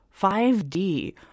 5D